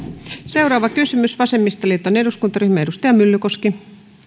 seuraava kysymys vasemmistoliiton eduskuntaryhmä edustaja myllykoski